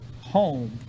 home